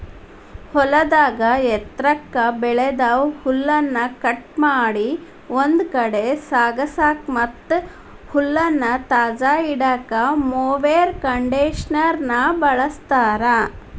ಹೊಲದಾಗ ಎತ್ರಕ್ಕ್ ಬೆಳದ ಹುಲ್ಲನ್ನ ಕಟ್ ಮಾಡಿ ಒಂದ್ ಕಡೆ ಸಾಗಸಾಕ ಮತ್ತ್ ಹುಲ್ಲನ್ನ ತಾಜಾ ಇಡಾಕ ಮೊವೆರ್ ಕಂಡೇಷನರ್ ನ ಬಳಸ್ತಾರ